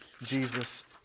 Jesus